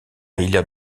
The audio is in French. hilaire